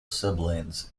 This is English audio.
siblings